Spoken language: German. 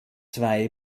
zwei